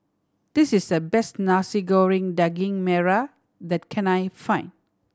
this is the best Nasi Goreng Daging Merah that can I find